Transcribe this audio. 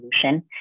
solution